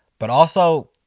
but also,